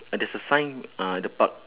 uh there's a sign uh at the park